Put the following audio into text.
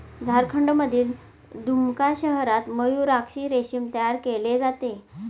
झारखंडमधील दुमका शहरात मयूराक्षी रेशीम तयार केले जाते